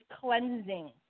cleansing